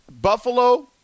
buffalo